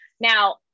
Now